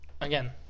again